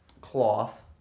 cloth